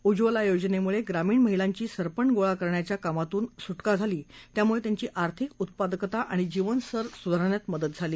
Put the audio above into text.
उज्वला योजनेमुळे ग्रामीण महिलांची सरपण गोळा करण्याच्या कामातून सुटका झाली त्यामुळे त्यांची आर्थिक उत्पादकता आणि जीवनस्तर सुधारण्यात मदत झाली